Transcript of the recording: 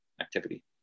activity